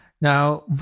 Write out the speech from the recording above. Now